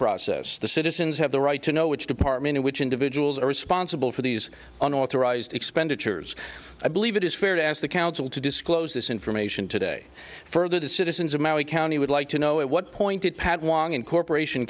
process the citizens have the right to know which department in which individuals are responsible for these unauthorized expenditures i believe it is fair to ask the council to disclose this information today further to citizens of maui county would like to know it what pointed pad won and corporation